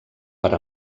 per